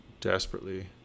desperately